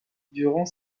durant